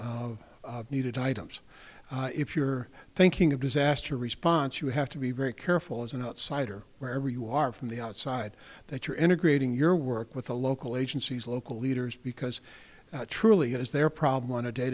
of needed items if you're thinking of disaster response you have to be very careful as an outsider wherever you are from the outside that you're integrating your work with the local agencies local leaders because truly it is their problem on a day